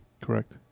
Correct